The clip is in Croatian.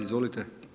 Izvolite.